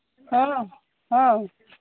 ꯍꯥꯎ ꯍꯥꯎ